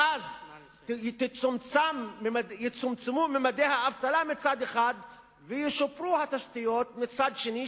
ואז יצומצמו ממדי האבטלה מצד אחד וישופרו התשתיות מצד שני,